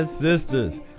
sisters